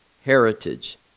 heritage